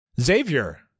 Xavier